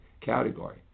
category